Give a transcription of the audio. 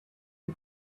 the